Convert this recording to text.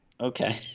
Okay